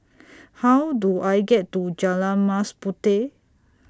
How Do I get to Jalan Mas Puteh